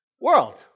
world